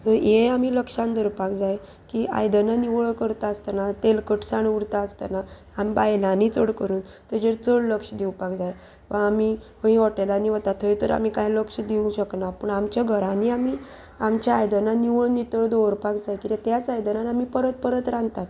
so हे आमी लक्षान दवरपाक जाय की आयदनां निवळ करता आसतना तेल कटसाण उरता आसतना आमी बायलांनी चड करून तेजेर चड लक्ष दिवपाक जाय वा आमी खंय हॉटेलांनी वता थंय तर आमी कांय लक्ष दिवंक शकना पूण आमच्या घरांनी आमी आमच्या आयदनां निवळ नितळ दवरपाक जाय किद्याक त्याच आयदनान आमी परत परत रांदतात